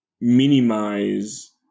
minimize